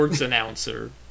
announcer